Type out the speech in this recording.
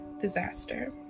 disaster